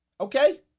Okay